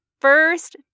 first